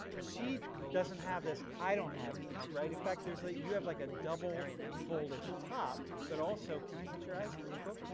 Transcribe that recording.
she doesn't have this. i don't have this. right, in fact there's, you have like a double fold at the top, but also. can i touch your eyes? there we go,